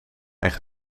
echt